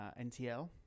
NTL